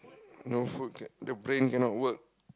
no food k~ the brain cannot work